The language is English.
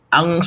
Ang